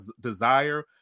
desire